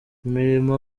imirimo